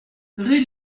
rue